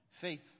faith